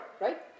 Right